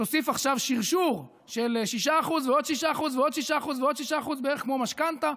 תוסיף עכשיו שרשור של 6% ועוד 6% ועוד 6% ועוד 6% בערך כמו משכנתה.